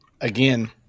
Again